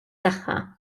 saħħa